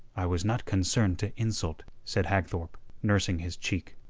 i was not concerned to insult, said hagthorpe, nursing his cheek.